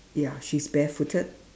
ya she's barefooted